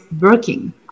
working